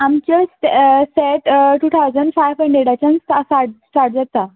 आमचे सॅ सॅट टू ठावजंड फाय हंड्रेडाच्यान सा स्टार्ट जातात